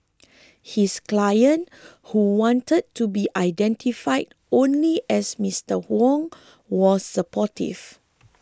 his client who wanted to be identified only as Mister Wong was supportive